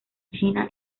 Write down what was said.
china